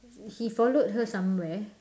he followed her somewhere